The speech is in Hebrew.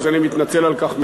אז אני מתנצל על כך מראש.